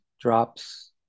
drops